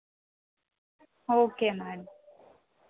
okay madam